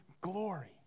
glory